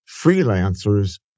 freelancers